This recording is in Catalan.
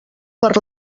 per